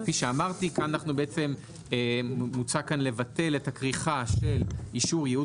כאמור כאן מוצע לבטל את הכריכה של אישור ייעוד